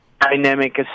dynamic